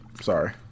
Sorry